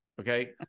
Okay